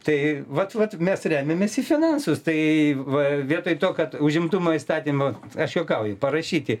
tai vat vat mes remiamės į finansus tai va vietoj to kad užimtumo įstatymo aš juokauju parašyti